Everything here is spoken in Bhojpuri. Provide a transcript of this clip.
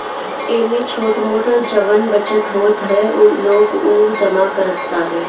एमे छोट मोट जवन बचत होत ह लोग उ जमा करत तारे